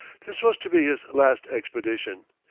this was to be his last expedition.